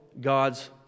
God's